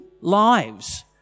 lives